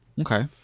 Okay